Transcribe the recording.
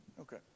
okay